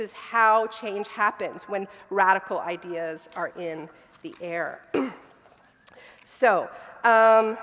is how change happens when radical ideas are in the air so